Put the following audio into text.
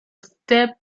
step